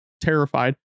terrified